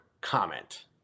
comment